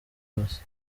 yose